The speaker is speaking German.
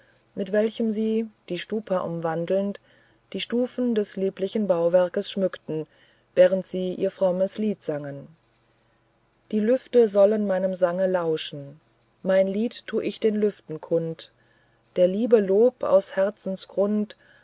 mit welchem sie die stupa umwandelnd die stufen des lieblichen bauwerkes schmückten während sie ihr frommes lied sangen die lüfte sollen meinem sange lauschen mein lied tu ich den lüften kund der liebe lob aus herzensgrund